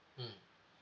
mmhmm